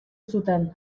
zuten